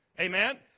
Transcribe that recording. Amen